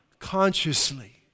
consciously